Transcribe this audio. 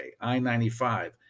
I-95